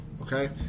okay